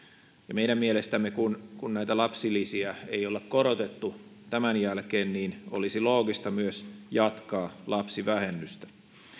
meidän mielestämme kun kun näitä lapsilisiä ei ole korotettu tämän jälkeen olisi loogista myös jatkaa lapsivähennystä